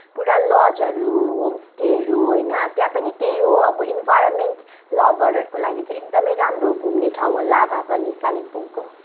पुरा लजहरू होम्सस्टेहरू होइन त्यहाँ पनि त्यही हो अब इन्भाइरोमेन्ट लभरहरूको लागि चाहिँ एकदमै राम्रो घुम्ने ठाउँ हो लाभा पनि कालिम्पोङको